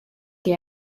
que